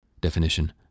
Definition